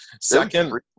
Second